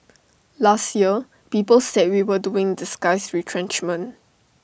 last year people said we were doing disguised retrenchment